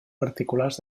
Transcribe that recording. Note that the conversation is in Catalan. particulars